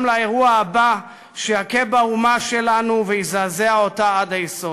לאירוע הבא שיכה באומה שלנו ויזעזע אותה עד היסוד.